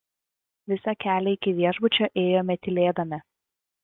visą kelią iki viešbučio ėjome tylėdami